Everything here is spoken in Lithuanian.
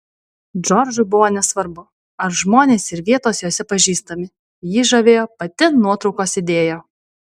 džordžui buvo nesvarbu ar žmonės ir vietos jose pažįstami jį žavėjo pati nuotraukos idėja